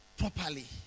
properly